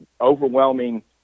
overwhelming